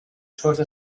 چرت